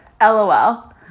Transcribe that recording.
lol